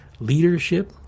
leadership